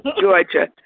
Georgia